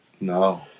No